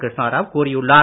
கிருஷ்ணா ராவ் கூறியுள்ளார்